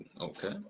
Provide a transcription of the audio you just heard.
okay